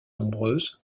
nombreuse